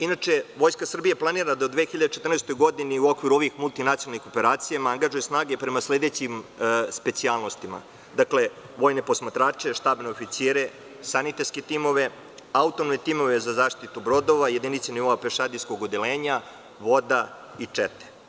Inače, Vojska Srbije planira da u 214. godini u okviru ovih multinacionalnih operacija angažuje snage prema sledećim specijalnostima – vojne posmatrače, štabne oficire, sanitetske timove, autonomne timove za zaštitu brodova, jedinice nivoa pešadijskog odeljenja, voda i čete.